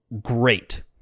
great